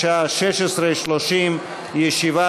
בשעה 16:30. ישיבה